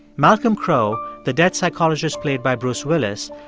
malcolm crowe, the dead psychologist played by bruce willis,